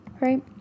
right